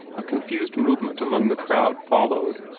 a confused movement among the crowd followed,